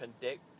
conduct